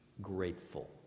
grateful